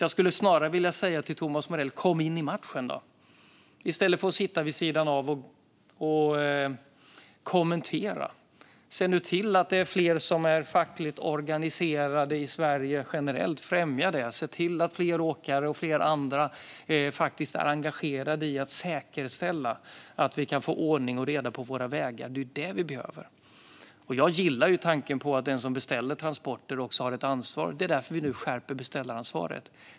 Jag skulle snarare vilja säga till Thomas Morell: Kom in i matchen i stället för att sitta vid sidan av och kommentera! Se till att det är fler som är fackligt organiserade i Sverige generellt! Främja det! Se till att fler åkare och fler andra faktiskt är engagerade i fråga om att säkerställa att vi kan få ordning och reda på våra vägar! Det är det vi behöver. Jag gillar tanken på att den som beställer transporter också har ett ansvar. Det är därför vi nu skärper beställaransvaret.